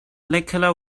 nikola